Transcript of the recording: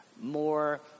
More